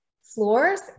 floors